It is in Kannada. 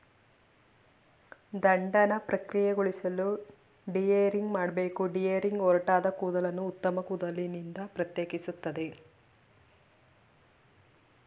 ದಂಡನ ಪ್ರಕ್ರಿಯೆಗೊಳಿಸಲು ಡಿಹೇರಿಂಗ್ ಮಾಡ್ಬೇಕು ಡಿಹೇರಿಂಗ್ ಒರಟಾದ ಕೂದಲನ್ನು ಉತ್ತಮ ಕೂದಲಿನಿಂದ ಪ್ರತ್ಯೇಕಿಸ್ತದೆ